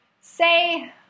say